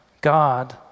God